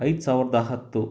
ಐದು ಸಾವಿರದ ಹತ್ತು